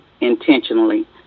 intentionally